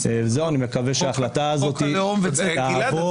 אני מקווה שההחלטה הזאת תעבור ותתקבל -- חוק הלאום --- גלעד,